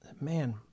Man